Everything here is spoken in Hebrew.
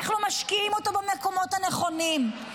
איך לא משקיעים אותו במקומות הנכונים?